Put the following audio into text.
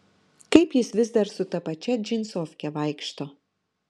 kaip jis vis dar su ta pačia džinsofke vaikšto